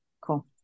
Cool